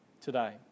today